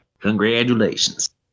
congratulations